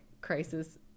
crisis